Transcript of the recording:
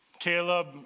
Caleb